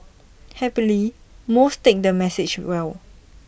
happily most take the message well